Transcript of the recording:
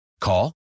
Call